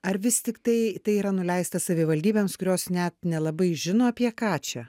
ar vis tiktai tai yra nuleista savivaldybėms kurios net nelabai žino apie ką čia